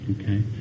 okay